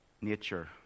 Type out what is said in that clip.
nature